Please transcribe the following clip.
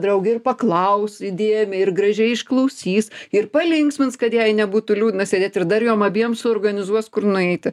draugė ir paklaus įdėmiai ir gražiai išklausys ir palinksmins kad jai nebūtų liūdna sėdėt ir dar jom abiem suorganizuos kur nueiti